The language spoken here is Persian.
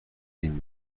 این